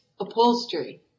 upholstery